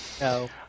No